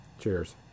Cheers